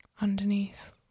underneath